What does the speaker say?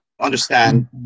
understand